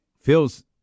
Feels